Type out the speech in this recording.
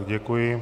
Děkuji.